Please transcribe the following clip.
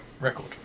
record